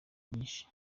nyinshi